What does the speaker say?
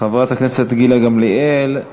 חברת הכנסת גילה גמליאל,